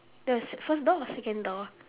the sec~ first door or second door